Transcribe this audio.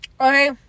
okay